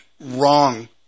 wrong